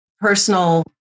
personal